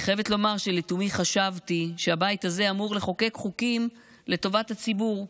אני חייבת לומר שלתומי חשבתי שהבית הזה אמור לחוקק חוקים לטובת הציבור,